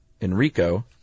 Enrico